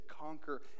conquer